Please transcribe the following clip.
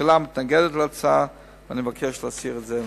הממשלה מתנגדת להצעה ואני מבקש להסיר אותה מסדר-היום.